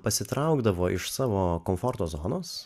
pasitraukdavo iš savo komforto zonos